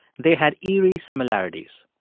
they had eerie similarities.